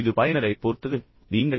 இது பயனரைப் பொறுத்தது நீங்கள்